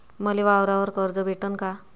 मले वावरावर कर्ज भेटन का?